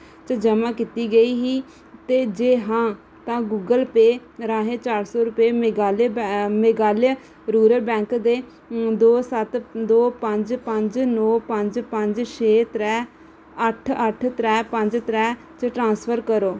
च जमा कीती गेई ही ते जे हां तां गूगल पेऽ राहें चार सौ रूपे मेघालय बै मेघालय रुरल बैंक दे दो सत दो पंज पंज नौ पंज पंज छे त्रै अट्ठ अट्ठ त्रै पंज त्रै च ट्रान्सफर करो